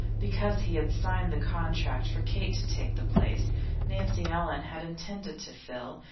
because he had signed the contract for kate to take the place nancy ellen had intended to fill,